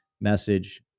message